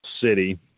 city